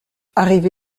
arrivé